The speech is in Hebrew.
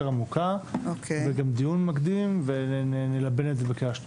עמוקה וגם דיון מקדים ונלבן את זה בקריאה שנייה ושלישית.